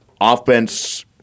offense